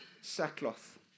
sackcloth